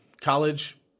college